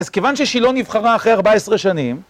אז כיוון ששילה נבחרה אחרי 14 שנים,